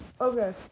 okay